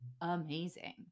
amazing